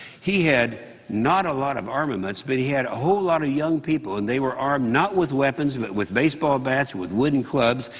he had not a lot of armaments, but he had a whole lot of young people and they were armed not with weapons but with baseball bats, with wooden clubs,